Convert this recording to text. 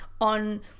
on